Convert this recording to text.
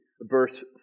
verse